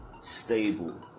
stable